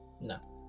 No